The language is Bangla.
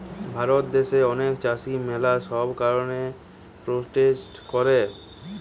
ভারত দ্যাশে অনেক চাষী ম্যালা সব কারণে প্রোটেস্ট করে